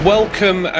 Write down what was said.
Welcome